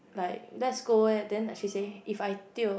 like let's go eh then like she say if I tio